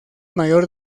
mayor